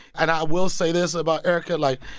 and i will say this about erykah like,